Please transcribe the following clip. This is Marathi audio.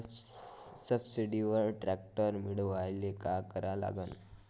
सबसिडीवर ट्रॅक्टर मिळवायले का करा लागन?